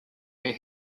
where